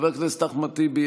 חבר הכנסת אחמד טיבי,